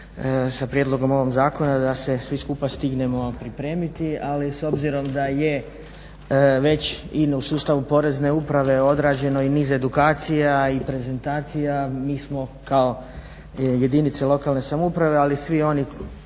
sa prijedlogom ovog zakona da se svi skupa stignemo pripremiti ali s obzirom da je već i u sustavu Porezne uprave odrađeno i niz edukacija i prezentacija mi smo kao jedinice lokalne samouprave ali i svi oni